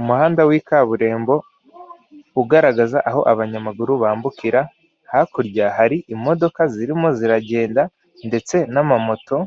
umuhanda w'ikaburembo uharagaza aho abanyamaguru bambukira, hakurya hari imodoka zirimo ziragenda ndetse n'amamoto,